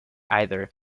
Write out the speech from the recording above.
either